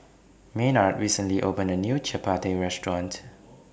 Maynard recently opened A New Chapati Restaurant